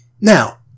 Now